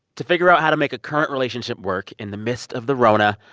to figure out how to make a current relationship work in the midst of the rona,